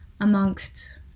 amongst